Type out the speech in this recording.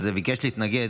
ביקש להתנגד